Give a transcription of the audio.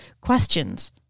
questions